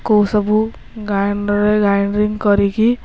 କେଉଁ ସବୁ ଗ୍ରାଇଣ୍ଡର୍ରେ ଗ୍ରାଇଣ୍ଡ୍ରିଙ୍ଗ୍ କରିକି